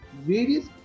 various